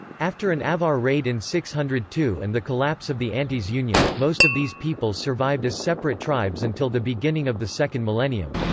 after an avar raid in six hundred and two and the collapse of the antes union, most of these peoples survived as separate tribes until the beginning of the second millennium.